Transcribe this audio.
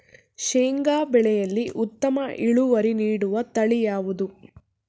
ಶೇಂಗಾ ಬೆಳೆಯಲ್ಲಿ ಉತ್ತಮ ಇಳುವರಿ ನೀಡುವ ತಳಿ ಯಾವುದು?